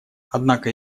однако